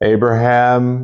Abraham